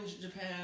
Japan